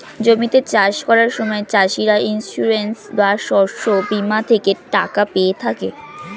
জমিতে চাষ করার সময় চাষিরা ইন্সিওরেন্স বা শস্য বীমা থেকে টাকা পেয়ে থাকে